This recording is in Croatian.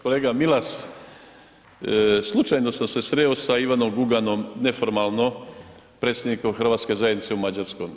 Kolega Milas, slučajno sam se sreo sa Ivanom Guganom, neformalno predsjednikom Hrvatske zajednice u Mađarskoj.